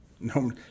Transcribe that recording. No